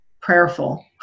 prayerful